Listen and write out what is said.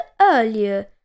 earlier